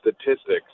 statistics